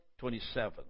27